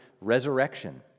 resurrection